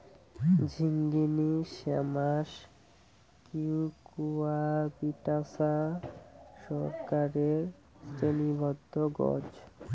ঝিঙ্গিনী শ্যামাস কিউকুয়াবিটাশা সংসারের শ্রেণীবদ্ধ গছ